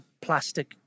plastic